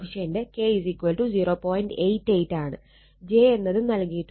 88 ആണ് j എന്നതും നൽകിയിട്ടുണ്ട്